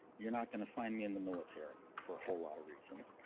you're not gonna find me in the military for a whole lot of reasons.